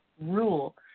rule